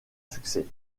succès